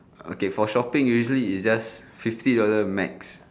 okay for shopping usually is just fifty dollar max